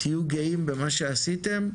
תהיו גאים במה שעשיתם,